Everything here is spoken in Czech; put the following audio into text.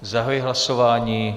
Zahajuji hlasování.